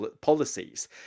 policies